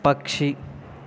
పక్షి